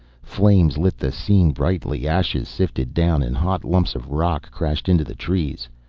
flames lit the scene brightly, ashes sifted down and hot lumps of rock crashed into the trees.